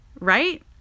right